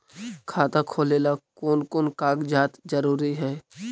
खाता खोलें ला कोन कोन कागजात जरूरी है?